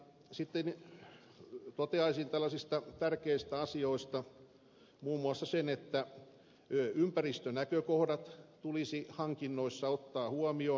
sitten toteaisin tällaisista tärkeistä asioista muun muassa sen että ympäristönäkökohdat tulisi hankinnoissa ottaa huomioon